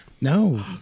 No